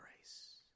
grace